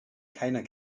keiner